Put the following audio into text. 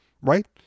right